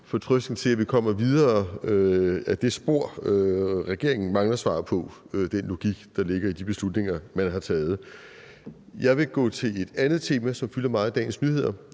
med hensyn til at vi kommer videre ad det spor. Regeringen mangler at give svar i forhold til den logik, der ligger i de beslutninger, man har taget. Jeg vil gå til et andet tema, som fylder meget i dagens nyheder,